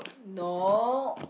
no